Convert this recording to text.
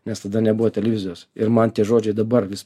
nes tada nebuvo televizijos ir man tie žodžiai dabar vis